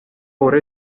por